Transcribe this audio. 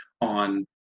on